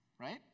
right